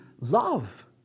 love